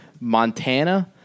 Montana